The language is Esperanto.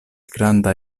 granda